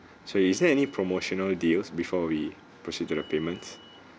so is there any promotional deals before we proceed to the payments